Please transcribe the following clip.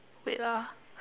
wait ah